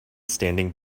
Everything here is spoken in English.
standing